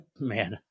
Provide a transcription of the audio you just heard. man